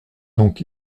donc